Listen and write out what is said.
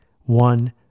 one